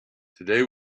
today